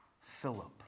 Philip